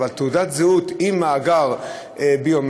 אבל תעודת זהות עם מאגר ביומטרי?